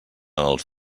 els